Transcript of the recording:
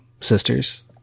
sisters